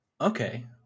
Okay